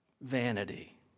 vanity